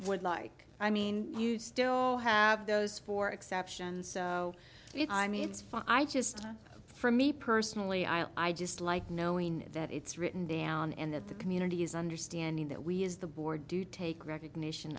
would like i mean you still have those four exceptions so i mean it's funny i just for me personally i just like knowing that it's written down and that the community is understanding that we as the board do take recognition